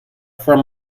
from